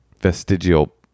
vestigial